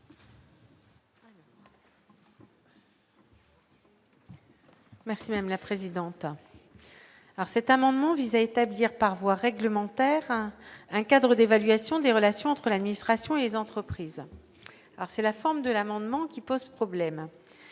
Merci madame la présidente,